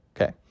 Okay